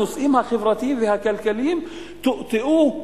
לכן, הנושאים החברתיים והכלכליים טואטאו הצדה.